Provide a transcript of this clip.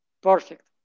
perfect